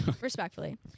respectfully